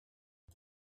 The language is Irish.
dia